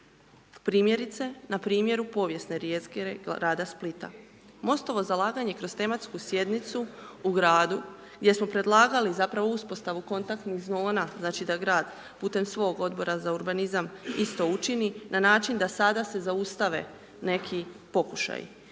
Primjerice na primjeru povijesne jezgre grada Splita. MOSTO-ovo zalaganje kroz tematsku sjednicu u gradu gdje smo predlagali zapravo uspostavu kontaktnih zona znači da grad putem svog odbora za urbanizam isto učini na način da sada se zaustave neki pokušaji.